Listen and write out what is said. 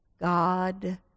God